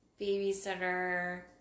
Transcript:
Babysitter